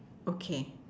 okay